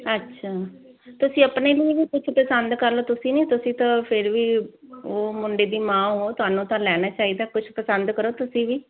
ਅੱਛਾ ਤੁਸੀਂ ਆਪਣੇ ਲਈ ਵੀ ਕੁਛ ਪਸੰਦ ਕਰ ਲਓ ਤੁਸੀਂ ਤਾਂ ਫਿਰ ਵੀ ਉਹ ਮੁੰਡੇ ਦੀ ਮਾਂ ਹੋ ਤੁਹਾਨੂੰ ਤਾਂ ਲੈਣਾ ਚਾਹੀਦਾ ਕੁਝ ਪਸੰਦ ਕਰੋ ਤੁਸੀਂ ਵੀ